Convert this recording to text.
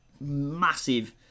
Massive